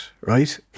right